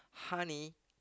honey